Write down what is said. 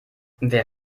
wer